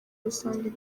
rusange